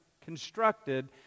constructed